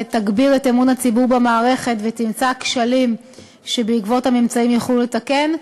תגביר את אמון הציבור במערכת ותמצא כשלים שבעקבות הממצאים יוכלו לתקן,